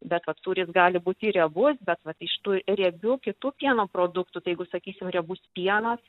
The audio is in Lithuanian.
bet vat sūris gali būti riebus bet vat iš tų riebių kitų pieno produktų tai jeigu sakysim riebus pienas